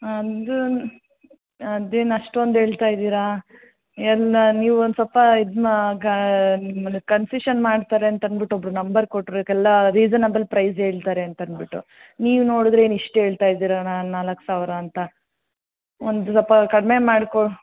ಹಂಗ್ ಅದೇನು ಅಷ್ಟೊಂದು ಏಳ್ತಾಯಿದ್ದೀರಾ ಎಲ್ಲ ನೀವೊಂದು ಸ್ವಲ್ಪ ಇದು ಮಾ ನಿಮ್ಮನ್ನ ಕನ್ಸಿಶನ್ ಮಾಡ್ತಾರೆ ಅಂತ ಅಂದುಬಿಟ್ಟು ಒಬ್ಬರು ನಂಬರ್ ಕೊಟ್ಟರು ಇದುಕ್ಕೆಲ್ಲ ರಿಸನೇಬಲ್ ಪ್ರೈಸ್ ಹೇಳ್ತಾರೆ ಅಂತ ಅಂದ್ಬಿಟ್ಟು ನೀವು ನೋಡುದ್ರೆ ಏನು ಇಷ್ಟು ಹೇಳ್ತಾ ಇದ್ದೀರಾ ನಾಲ್ಕು ಸಾವಿರ ಅಂತ ಒಂದು ಸ್ವಲ್ಪ ಕಡಿಮೆ ಮಾಡ್ಕೋ